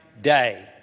day